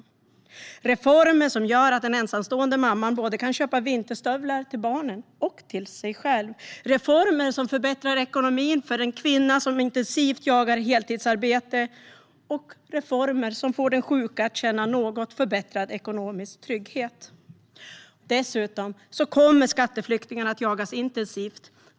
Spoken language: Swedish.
Detta är reformer som gör att den ensamstående mamman kan köpa vinterstövlar till både barnen och sig själv, som förbättrar ekonomin för en kvinna som intensivt jagar heltidsarbete och som får den sjuka att känna något förbättrad ekonomisk trygghet. Dessutom kommer skatteflyktingarna att jagas intensivt.